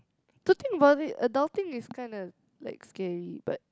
to think about it adulting is kinda like scary but